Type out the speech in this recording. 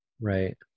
right